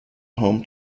home